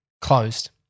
Closed